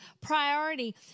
priority